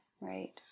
right